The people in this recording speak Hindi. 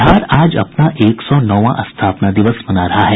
बिहार आज अपना एक सौ नौवां स्थापना दिवस मना रहा है